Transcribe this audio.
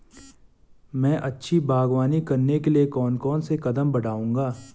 मैं अच्छी बागवानी करने के लिए कौन कौन से कदम बढ़ाऊंगा?